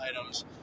items